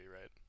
right